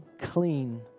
clean